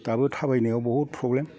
दाबो थाबायनायाव बहुद प्रब्लेम